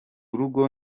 urugo